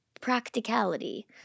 practicality